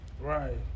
Right